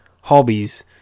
hobbies